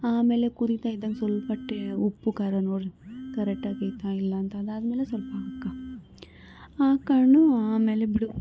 ಆಮೇಲೆ ಕುದಿತಾ ಇದ್ದಂಗೆ ಸ್ವಲ್ಪ ಟೆ ಉಪ್ಪು ಖಾರ ನೋಡು ಕರೆಕ್ಟಾಗೈತ ಇಲ್ವ ಅಂತ ಅದಾದಮೇಲೆ ಸ್ವಲ್ಪ ಹಾಕ ಹಾಕ್ಕೊಂಡು ಆಮೇಲೆ ಬಿಡು